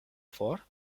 for